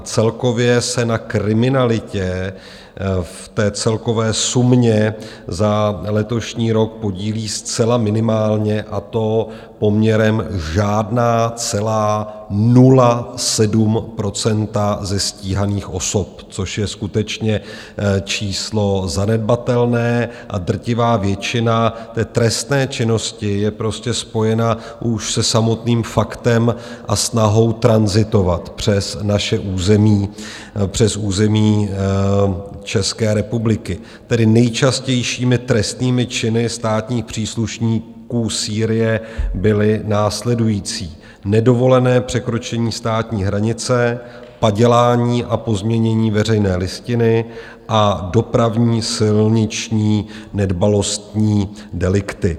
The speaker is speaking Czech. Celkově se na kriminalitě v celkové sumě za letošní rok podílí zcela minimálně, a to poměrem 0,07 % ze stíhaných osob, což je skutečně číslo zanedbatelné, a drtivá většina té trestné činnosti je spojena už se samotným faktem a snahou tranzitovat přes naše území, přes území České republiky, tedy nejčastějšími trestnými činy státních příslušníků Sýrie byly následující: nedovolené překročení státní hranice, padělání a pozměnění veřejné listiny a dopravní silniční nedbalostní delikty.